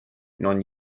non